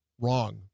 wrong